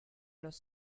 los